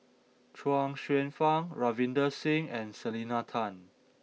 Chuang Hsueh Fang Ravinder Singh and Selena Tan